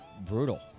brutal